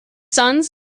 sons